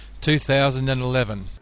2011